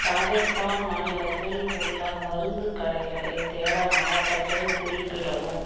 ராஜஸ்தான் மாநிலத்தில் உள்ள மருந்துக் கடைகளைத் தேட மாவட்டத்தைக் குறிப்பிடவும்